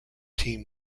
team